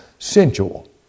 sensual